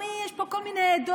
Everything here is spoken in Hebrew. יש פה כל מיני עדות,